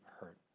hurt